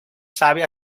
sabe